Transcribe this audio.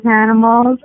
animals